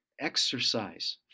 exercise